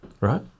right